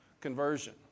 conversion